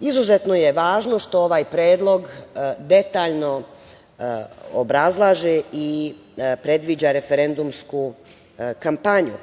izuzetno je važno što ovaj predlog detaljno obrazlaže i predviđa referendumsku kampanju,